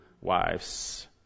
wives